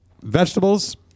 Vegetables